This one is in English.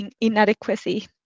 inadequacy